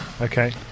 Okay